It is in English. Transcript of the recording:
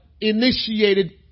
initiated